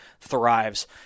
thrives